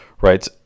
right